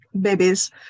babies